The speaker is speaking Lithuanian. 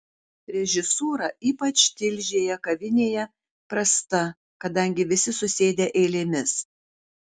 režisūra ypač tilžėje kavinėje prasta kadangi visi susėdę eilėmis